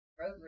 road